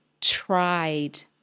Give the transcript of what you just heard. tried